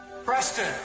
Preston